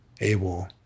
able